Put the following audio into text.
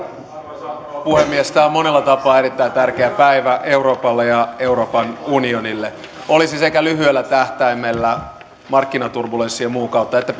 arvoisa rouva puhemies tämä on monella tapaa erittäin tärkeä päivä euroopalle ja euroopan unionille olisi sekä lyhyellä tähtäimellä markkinaturbulenssien ja muun kautta että